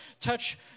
touch